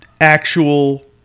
actual